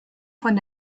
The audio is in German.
von